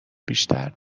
بیشتر